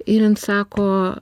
ir jin sako